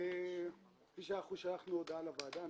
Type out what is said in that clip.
כשמור לחפירות ארכאולוגיות," זה לגבי שטחה.